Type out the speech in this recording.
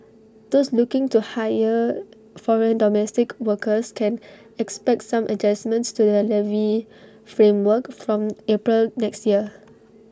those looking to hire foreign domestic workers can expect some adjustments to the levy framework from April next year